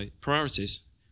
priorities